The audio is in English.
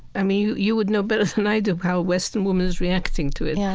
i mean, you would know better than i do how a western woman is reacting to it, yeah